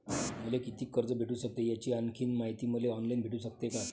मले कितीक कर्ज भेटू सकते, याची आणखीन मायती मले ऑनलाईन भेटू सकते का?